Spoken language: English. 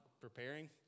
preparing